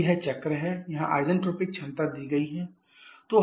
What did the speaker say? तो यह चक्र है यहां आइसेंट्रोपिक क्षमता दी गई है